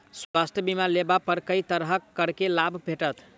स्वास्थ्य बीमा लेबा पर केँ तरहक करके लाभ भेटत?